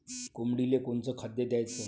कोंबडीले कोनच खाद्य द्याच?